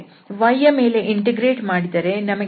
y ಯ ಮೇಲೆ integrate ಮಾಡಿದರೆ ನಮಗೆ have y33z2y ಸಿಗುತ್ತದೆ